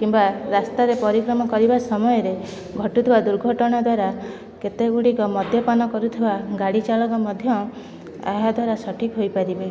କିମ୍ବା ରାସ୍ତାରେ ପରିକ୍ରମ କରିବା ସମୟରେ ଘଟୁଥିବା ଦୁର୍ଘଟଣା ଦ୍ଵାରା ବକେତେ ଗୁଡ଼ିକ ମଦ୍ୟପାନ କରୁଥିବା ଗାଡ଼ି ଚାଳକ ମଧ୍ୟ ଆହା ଦ୍ଵାରା ସଠିକ୍ ହୋଇପାରିବେ